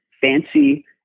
fancy